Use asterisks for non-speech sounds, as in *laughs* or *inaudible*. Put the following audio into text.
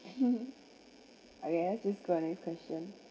*laughs* okay just go next question